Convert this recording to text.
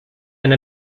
and